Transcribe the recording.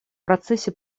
процессе